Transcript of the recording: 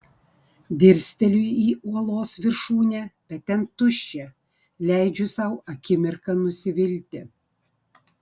dirsteliu į uolos viršūnę bet ten tuščia leidžiu sau akimirką nusivilti